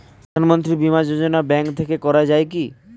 প্রধানমন্ত্রী বিমা যোজনা ব্যাংক থেকে করা যায় কি?